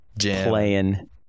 playing